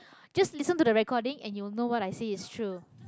just listen to the recording and you will know what I say is true